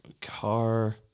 car